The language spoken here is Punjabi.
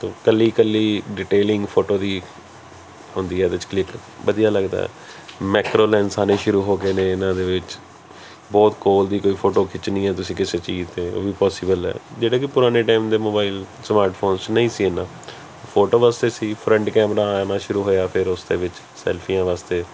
ਇਕੱਲੀ ਇਕੱਲੀ ਡਿਟੇਲਿੰਗ ਫੋਟੋ ਦੀ ਹੁੰਦੀ ਹੈ ਵਿੱਚ ਕਲਿਕ ਵਧੀਆ ਲੱਗਦਾ ਮੈਕਰੋ ਲੈਂਸ ਆਉਣੇ ਸ਼ੁਰੂ ਹੋ ਗਏ ਨੇ ਇਹਨਾਂ ਦੇ ਵਿੱਚ ਬਹੁਤ ਕੋਲ ਦੀ ਕੋਈ ਫੋਟੋ ਖਿੱਚਣੀ ਹੈ ਤੁਸੀਂ ਕਿਸੇ ਚੀਜ਼ 'ਤੇ ਉਹ ਵੀ ਪੋਸੀਬਲ ਹੈ ਜਿਹੜੇ ਕਿ ਪੁਰਾਣੇ ਟਾਈਮ ਦੇ ਮੋਬਾਇਲ ਸਮਾਰਟ ਫੋਨਸ ਨਹੀਂ ਸੀ ਇੰਨਾ ਫੋਟੋ ਵਾਸਤੇ ਸੀ ਫਰੰਟ ਕੈਮਰਾ ਆਉਣਾ ਸ਼ੁਰੂ ਹੋਇਆ ਫਿਰ ਉਸਦੇ ਵਿੱਚ ਸੈਲਫੀਆਂ ਵਾਸਤੇ